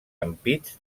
ampits